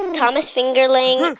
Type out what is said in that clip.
thomas fingerling.